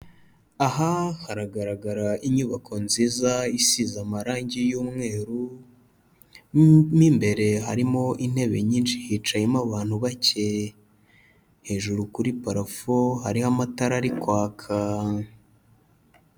Aha haragaragara inyubako nziza isize amarangi y'umweru, mu imbere harimo intebe nyinshi hicayemo abantu bake, hejuru kuri parafo hariho amatara ari kwaka.